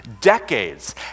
decades